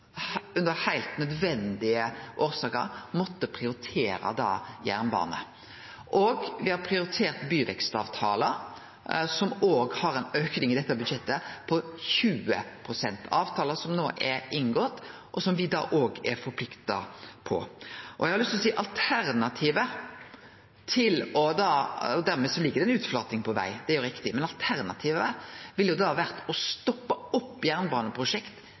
heilt nødvendige årsaker måtta prioritere jernbane. Og me har prioritert byvekstavtalar, som òg har ein auke i dette budsjettet på 20 pst., avtalar som no er inngåtte, og som me da òg er forplikta på. Dermed ligg det ei utflating på veg, det er riktig, men alternativet ville jo da vore å ha stoppa opp jernbaneprosjekt,